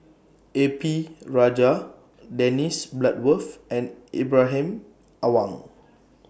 A P Rajah Dennis Bloodworth and Ibrahim Awang